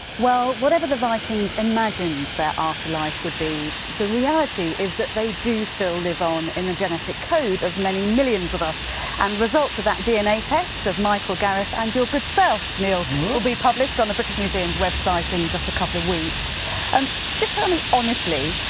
well whatever the vikings imagined their afterlife would be the reality is that they do still live on in the genetic code of many millions of us and results of that dna test of michael, gareth and your good self neil will be published on the british museum's website in just a couple of weeks um just tell me, honestly,